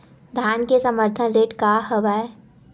धान के समर्थन रेट का हवाय?